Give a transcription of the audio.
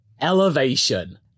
elevation